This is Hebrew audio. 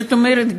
זאת אומרת,